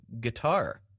guitar